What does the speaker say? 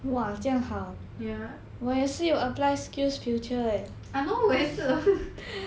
ya !hannor! 我也是